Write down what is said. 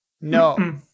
No